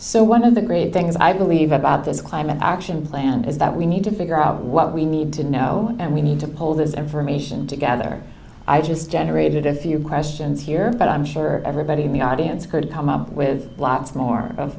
so one of the great things i believe about the climate action plan is that we need to figure out what we need to know and we need to pull this information together i just generated a few questions here but i'm sure everybody in the audience could come up with lots more of